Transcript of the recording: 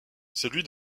celui